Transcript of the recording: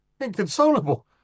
Inconsolable